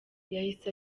yahise